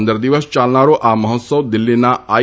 પંદર દિવસ યાલનારો આ મહોત્સવ દિલ્હીના આઇ